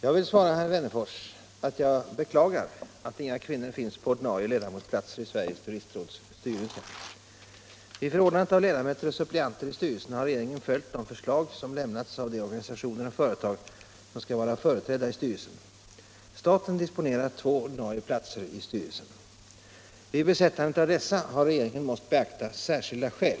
Jag vill svara herr Wennerfors, att jag beklagar att inga kvinnor finns på ordinarie ledamotsplatser i Sveriges turistråds styrelse. Vid förordnandet av ledamöter och suppleanter i styrelsen har regeringen följt de förslag som lämnats av de organisationer och företag som skall vara företrädda i styrelsen. Staten disponerar två ordinarie platser i styrelsen. Vid besättande av dessa har regeringen måst beakta särskilda skäl.